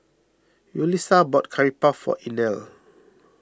Yulisa bought Curry Puff for Inell